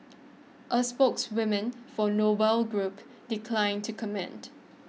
a spokeswoman for Noble Group declined to comment